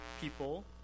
people